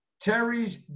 Terry's